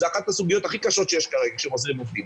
זו אחת הסוגיות הכי קשות שיש כרגע כשחוזרים עובדים.